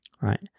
right